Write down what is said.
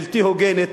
בלתי הוגנת,